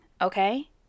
okay